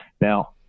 Now